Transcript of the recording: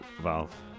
Valve